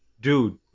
dude